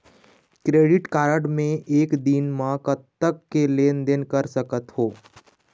Credit card मे एक दिन म कतक के लेन देन कर सकत हो?